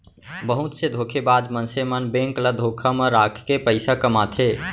बहुत से धोखेबाज मनसे मन बेंक ल धोखा म राखके पइसा कमाथे